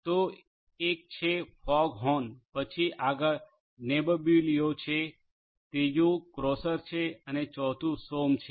તો એક છે ફોગ હોર્ન પછી આગળ નેબબિઓલો છે ત્રીજું ક્રોસર છે અને ચોથું સોમ છે